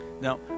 now